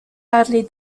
badly